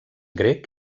grec